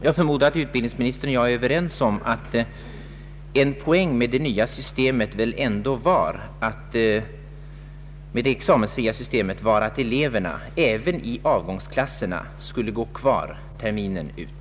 Jag förmodar att utbildningsministern och jag är överens om att en poäng med det nya examensfria syste met väl ändå var att eleverna även i avgångsklasserna skulle gå kvar terminen ut.